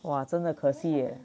哇真的可惜 leh